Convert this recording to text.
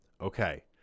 okay